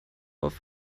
auf